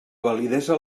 validesa